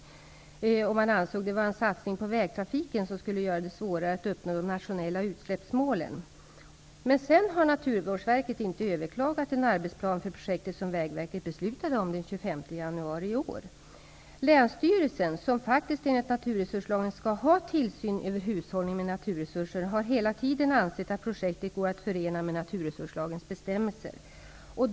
Man ansåg att det var en satsning på vägtrafiken, som skulle göra det svårare att uppnå de nationella utsläppsmålen. Men sedan har Naturvårdsverket inte överklagat den arbetsplan för projektet som Vägverket beslutade om den 25 januari i år. Länsstyrelsen, som enligt naturresurslagen faktiskt skall ha tillsyn över hushållningen med naturresurser, har hela tiden ansett att projektet går att förena med naturresurslagens bestämmelser.